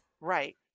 Right